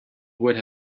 would